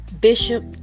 Bishop